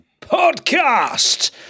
Podcast